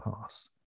pass